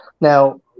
Now